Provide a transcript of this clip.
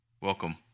Welcome